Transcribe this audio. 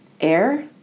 air